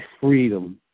freedom